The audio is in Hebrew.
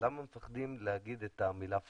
למה מפחדים לומר את המילה פקס?